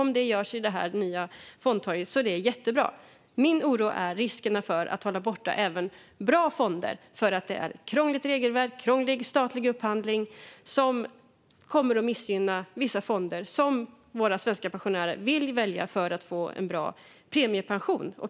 Min oro gäller riskerna för att man håller borta även bra fonder för att det är ett krångligt regelverk och en krånglig statlig upphandling som kommer att missgynna vissa fonder som våra svenska pensionssparare vill välja för att få en bra premiepension.